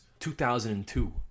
2002